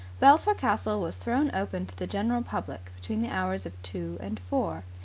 belpher castle was thrown open to the general public between the hours of two and four.